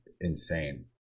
insane